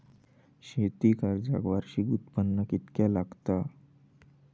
शेती कर्जाक वार्षिक उत्पन्न कितक्या लागता?